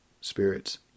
spirits